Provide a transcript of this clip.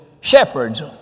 shepherds